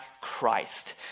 Christ